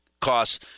costs